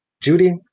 Judy